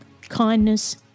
kindness